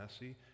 messy